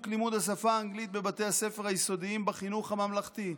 של לימוד השפה האנגלית בבתי הספר היסודיים בחינוך הממלכתי.